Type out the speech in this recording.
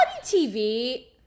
TV